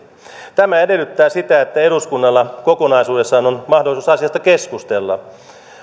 tämä edellyttää sitä että eduskunnalla kokonaisuudessaan on mahdollisuus asiasta keskustella